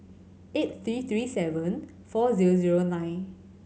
eight three three seven four zero zero nine